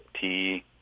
tea